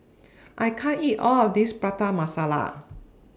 I can't eat All of This Prata Masala